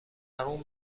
اون